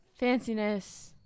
Fanciness